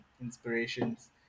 inspirations